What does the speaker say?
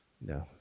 No